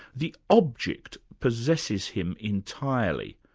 the object possesses him entirely.